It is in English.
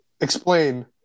explain